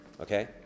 Okay